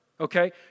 okay